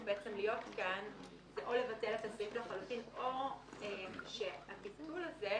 להיות כאן זה או לבטל את הסעיף לחלוטין או שהביטול הזה,